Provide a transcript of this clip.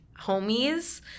homies